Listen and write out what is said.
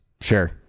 Sure